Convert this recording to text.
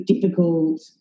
difficult